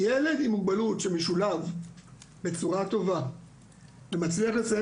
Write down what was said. ילד עם מוגבלות שמשולב בצורה טובה ומצליח לסיים